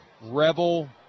Rebel –